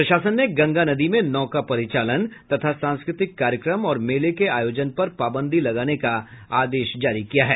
प्रशासन ने गंगा नदी में नौका परिचालन तथा सांस्कृतिक कार्यक्रम और मेले के आयोजन पर पाबंदी लगाने का आदेश जारी किया है